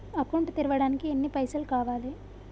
Account తెరవడానికి ఎన్ని పైసల్ కావాలే?